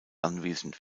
anwesend